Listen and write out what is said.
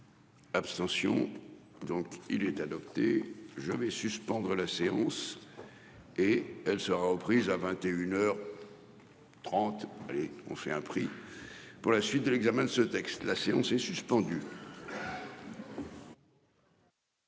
Abstention donc il est adopté. Je vais suspendre la séance. Et elle sera reprise à 21h. 30. Et on fait un prix. Pour la suite de l'examen de ce texte. La séance est suspendue.